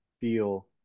feel